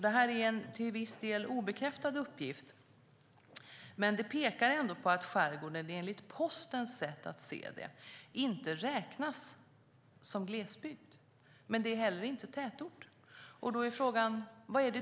Det finns en till viss del obekräftad uppgift som pekar på att skärgården enligt Postens sätt att se det inte räknas som glesbygd. Men det är heller inte tätort. Då är frågan: Vad är det?